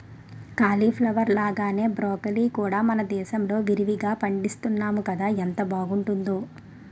cauliflower లాగానే broccoli కూడా మనదేశంలో విరివిరిగా పండిస్తున్నాము కదా ఎంత బావుంటుందో